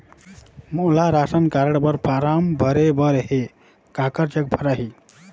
मोला ration card बर form भरे बर हे काकर जग भराही?